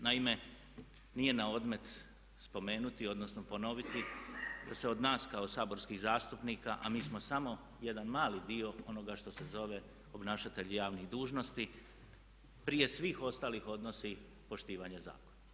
Naime, nije na odmet spomenuti odnosno ponoviti da se od nas kao saborskih zastupnika, a mi smo samo jedan mali dio onoga što se zove obnašatelji javnih dužnosti, prije svih ostalih odnosi poštivanje zakona.